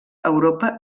europa